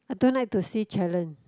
I don't like to see challenge